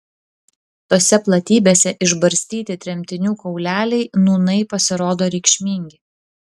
tose platybėse išbarstyti tremtinių kauleliai nūnai pasirodo reikšmingi